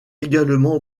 également